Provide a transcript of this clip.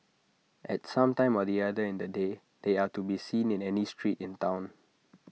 at some time or the other in the day they are to be seen in any street in Town